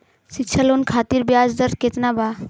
शिक्षा लोन खातिर ब्याज दर केतना बा?